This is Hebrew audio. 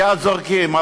מייד זורקים,